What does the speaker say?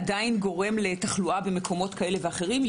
עדיין גורם לתחלואה במקומות כאלה ואחרים,